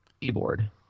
keyboard